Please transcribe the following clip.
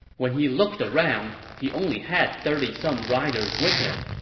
when he looked around, he only had thirty some riders with him,